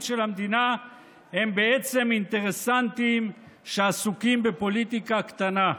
של המדינה הם בעצם אינטרסנטים שעסוקים בפוליטיקה קטנה.